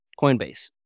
Coinbase